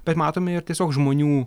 bet matome ir tiesiog žmonių